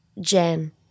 Jen